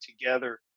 together